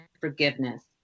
forgiveness